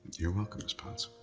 you're welcome, miss potts.